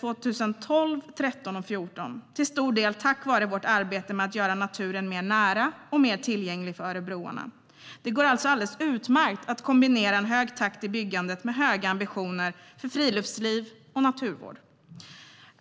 2012, 2013, 2014 . till stor del tack vare vårt arbete med att göra naturen mer nära och mer tillgänglig för örebroarna. Det går alltså alldeles utmärkt att kombinera en hög takt i byggandet med höga ambitioner för friluftsliv och naturvård.